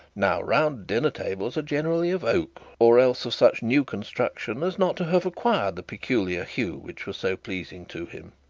now round dinner tables are generally of oak, or else of such new construction as not to have acquired the peculiar hue which was so pleasing to him.